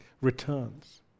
returns